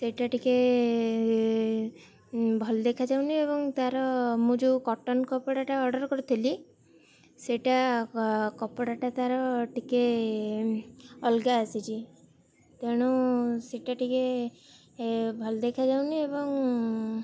ସେଇଟା ଟିକେ ଭଲ ଦେଖାଯାଉନି ଏବଂ ତା'ର ମୁଁ ଯେଉଁ କଟନ୍ କପଡ଼ାଟା ଅର୍ଡ଼ର୍ କରିଥିଲି ସେଟା କପଡ଼ାଟା ତା'ର ଟିକେ ଅଲଗା ଆସିଛି ତେଣୁ ସେଟା ଟିକେ ଭଲ ଦେଖାଯାଉନି ଏବଂ